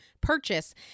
purchase